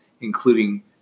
including